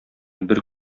бер